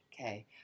okay